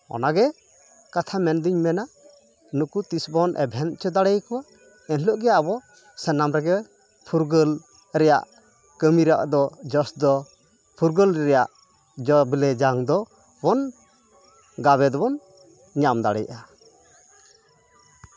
ᱚᱱᱟ ᱜᱮ ᱠᱟᱛᱷᱟ ᱢᱮᱱᱫᱩᱧ ᱢᱮᱱᱟ ᱱᱩᱠᱩ ᱛᱤᱥ ᱵᱚᱱ ᱮᱵᱷᱮᱱ ᱦᱚᱪᱚ ᱫᱟᱲᱮᱭᱟᱠᱚᱣᱟ ᱮᱱᱦᱤᱞᱳᱜ ᱜᱮ ᱟᱵᱚ ᱥᱟᱱᱟᱢ ᱨᱮᱜᱮ ᱯᱷᱩᱨᱜᱟᱹᱞ ᱨᱮᱭᱟᱜ ᱠᱟᱹᱢᱤ ᱨᱮ ᱟᱫᱚ ᱡᱚᱥ ᱫᱚ ᱯᱷᱩᱨᱜᱟᱹᱞ ᱨᱮᱭᱟᱜ ᱡᱚ ᱵᱮᱞᱮ ᱡᱟᱝ ᱫᱚ ᱵᱚᱱ ᱜᱟᱵᱮ ᱫᱚᱵᱚᱱ ᱧᱟᱢ ᱫᱟᱲᱮᱭᱟᱜᱼᱟ